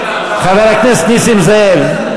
חבר הכנסת זאב,